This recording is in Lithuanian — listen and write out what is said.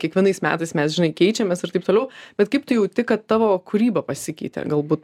kiekvienais metais mes žinai keičiamės ir taip toliau bet kaip tu jauti kad tavo kūryba pasikeitė galbūt